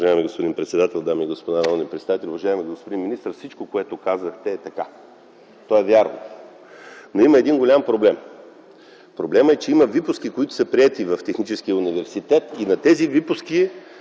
Уважаеми господин председател, дами и господа народни представители, уважаеми господин министър! Всичко, което казахте, е така. То е вярно. Но има един голям проблем. Проблемът е, че има випуски, които са приети в Техническия университет, и на тези випуски